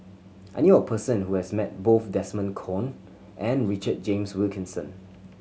I knew a person who has met both Desmond Kon and Richard James Wilkinson